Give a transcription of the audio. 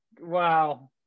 Wow